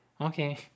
Okay